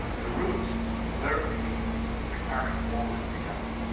the root literally mean to carry forward together.